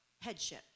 headship